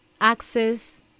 access